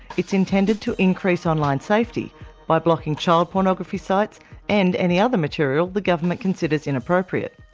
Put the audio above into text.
it's intended to increase online safety by blocking child pornography sites and any other material the government considers inappropriate.